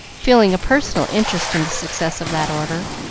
feeling a personal interest in the success of that order.